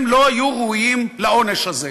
הם לא היו ראויים לעונש הזה,